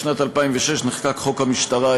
בשנת 2006 נחקק חוק המשטרה,